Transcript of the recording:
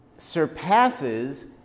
surpasses